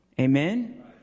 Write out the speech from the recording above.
Amen